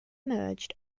merged